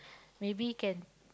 maybe can